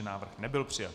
Návrh nebyl přijat.